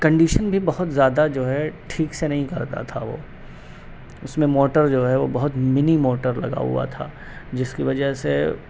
condition بھی بہت زیادہ جو ہے ٹھیک سے نہیں کرتا تھا وہ اس میں موٹر جو ہے وہ بہت منی موٹر لگا ہوا تھا جس کی وجہ سے